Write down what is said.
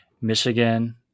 Michigan